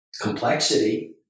complexity